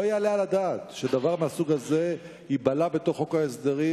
לא יעלה על הדעת שדבר מהסוג הזה ייבלע בתוך חוק ההסדרים,